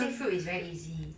they say fruit is very easy